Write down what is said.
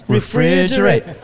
Refrigerate